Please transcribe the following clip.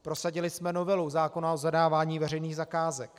Prosadili jsme novelu zákona o zadávání veřejných zakázek.